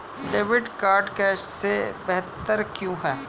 Debit card cash से बेहतर क्यों है?